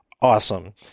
awesome